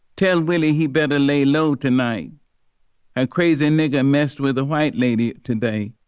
tell willie he better lay low tonight and crazy nigger messed with a white lady. today,